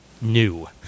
new